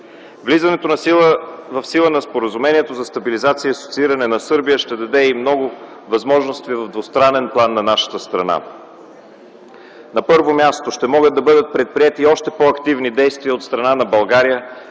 Влизането в сила на Споразумението за стабилизиране и асоцииране на Сърбия ще даде и много възможности в двустранен план на нашата страна. На първо място, ще могат да бъдат предприети още по-активни действия от страна на България